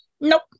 Nope